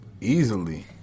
Easily